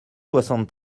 soixante